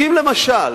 אם, למשל,